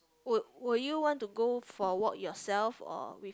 would would you want to go for work yourself or with